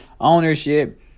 ownership